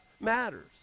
matters